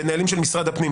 בנהלים של משרד הפנים,